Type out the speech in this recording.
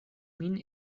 min